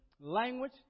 language